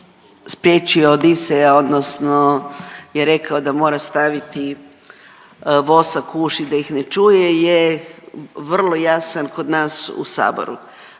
spriječio Odiseja odnosno je rekao da mora staviti vosak u uši da ih ne čuje, je vrlo jasan kod nas u saboru.